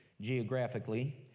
geographically